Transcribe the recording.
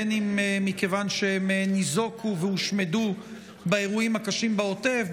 בין אם מכיוון שהם ניזוקו והושמדו באירועים הקשים בעוטף,